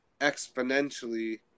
exponentially